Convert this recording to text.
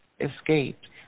escaped